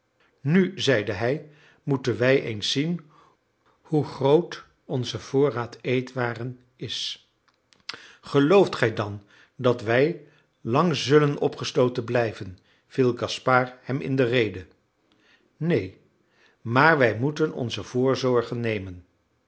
nu zeide hij moeten wij eens zien hoe groot onze voorraad eetwaren is gelooft gij dan dat wij lang zullen opgesloten blijven viel gaspard hem in de rede neen maar wij moeten onze voorzorgen nemen